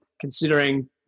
considering